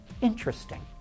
interesting